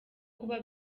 kuba